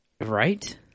Right